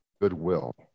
goodwill